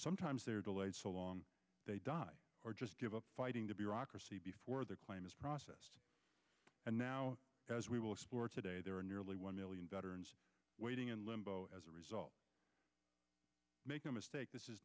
sometimes they are delayed so long they die or just give up fighting to bureaucracy before their claim is processed and now as we will explore today there are nearly one million veterans waiting in limbo as a result make no mistake this is